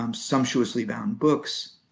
um sumptuously bound books.